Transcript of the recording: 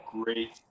great